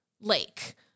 lake